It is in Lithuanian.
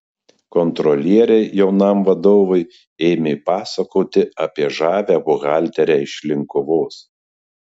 kontrolieriai jaunam vadovui ėmė pasakoti apie žavią buhalterę iš linkuvos